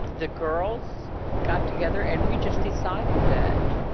the girls got together and we just decided that,